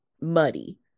muddy